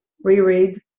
reread